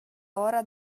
ora